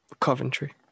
Coventry